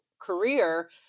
career